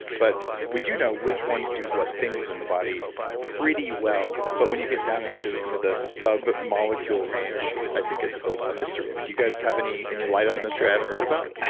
but we do know, which ones do what things in the body pretty well. but when you get down into you know the sub molecule range, i think it's still a mystery. i mean, do you guys have any any light on the mystery i haven't read about?